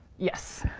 yes.